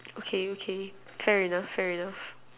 okay okay fair enough fair enough